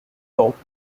talked